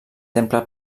temple